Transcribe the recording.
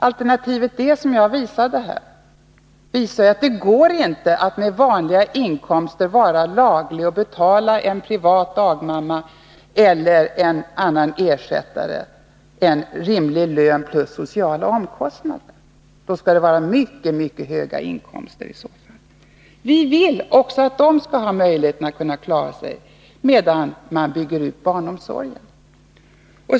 Alternativet D som jag visade här anger ju att det inte går att med vanliga inkomster vara laglig och betala en privat dagmamma eller en annan ersättare en rimlig lön plus sociala omkostnader. Det skulle vara mycket, mycket höga inkomster i så fall. Vi vill att också dessa familjer skall ha möjlighet att klara sig medan man bygger ut barnomsorgen.